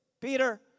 Peter